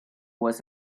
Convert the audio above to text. was